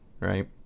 right